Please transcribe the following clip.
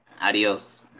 Adios